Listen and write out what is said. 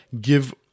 give